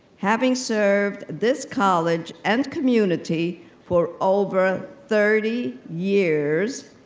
having served this college and community for over thirty years,